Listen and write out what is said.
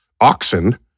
oxen